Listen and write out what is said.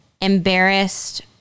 embarrassed